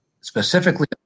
specifically